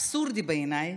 אבסורדי בעיניי,